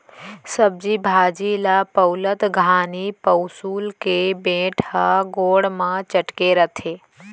सब्जी भाजी ल पउलत घानी पउंसुल के बेंट ह गोड़ म चटके रथे